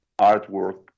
artwork